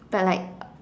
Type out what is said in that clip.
but like